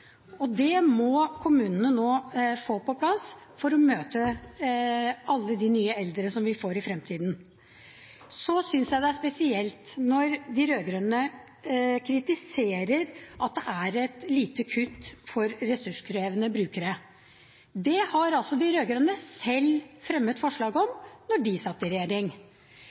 sykehjemsplasser. Det må kommunene nå få på plass for å møte alle de nye eldre som vi får i fremtiden. Så synes jeg det er spesielt når de rød-grønne kritiserer at det er et lite kutt for ressurskrevende brukere. Det fremmet de rød-grønne selv forslag om da de satt i regjering.